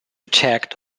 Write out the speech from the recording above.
attacked